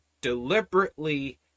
deliberately